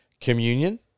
communion